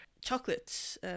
chocolate